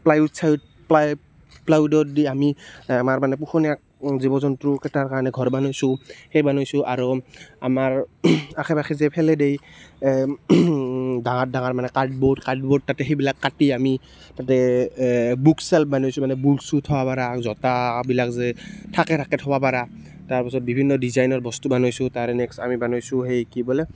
plywood চাইৱোড প্লাইৱোডত দি আমি আমাৰ মানে পোহনীয়া জীৱ জন্তুকেইটাৰ কাৰণে ঘৰ বনাইছোঁ সেই বনাইছোঁ আৰু আমাৰ আশে পাশে যে পেলাই দিয়ে ডাঙৰ ডাঙৰ মানে কাৰ্ডবৰ্ড কাৰ্ডবৰ্ড তাতে সেইবিলাক কাটি আমি তাতে বুকচেল্ফ বনাইছোঁ মানে বুক চুক থ'ব পৰা জোতাবিলাক যে ঠাকে ঠাকে থ'ব পৰা তাৰপিছত বিভিন্ন ডিজাইনৰ বস্তু বনাইছোঁ তাৰে নেক্সট আমি বনাইছোঁ সেই কি বোলে